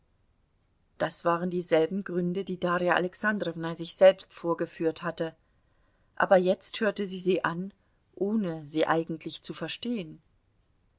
das waren dieselben gründe die darja alexandrowna sich selbst vorgeführt hatte aber jetzt hörte sie sie an ohne sie eigentlich zu verstehen